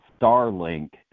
Starlink